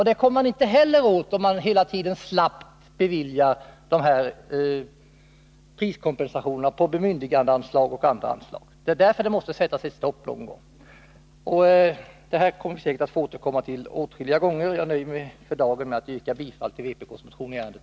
Det kommer man inte heller åt, om man hela tiden slappt beviljar de här priskompensationerna på bemyndigandeanslag och andra anslag. Det är därför det måste sättas stopp någon gång. Det här kommer vi säkert att få återkomma till åtskilliga gånger. Jag nöjer mig för dagen med att yrka bifall till vpk:s motion i ärendet.